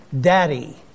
Daddy